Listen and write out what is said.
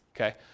okay